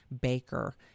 baker